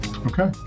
Okay